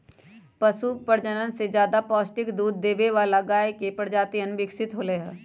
पशु प्रजनन से ज्यादा पौष्टिक दूध देवे वाला गाय के प्रजातियन विकसित होलय है